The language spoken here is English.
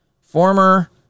former